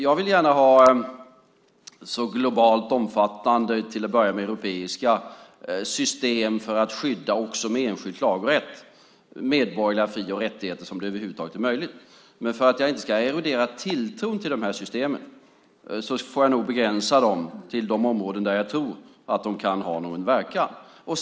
Jag vill gärna ha så omfattande, till att börja med europeiska, system som över huvud taget är möjligt för att med enskild klagorätt skydda medborgerliga fri och rättigheter. För att jag inte ska erodera tilltron till de systemen får jag nog begränsa dem till de områden där jag tror att de kan ha någon verkan.